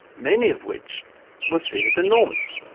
many of which were seen as enormous.